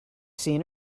seen